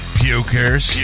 pukers